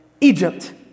egypt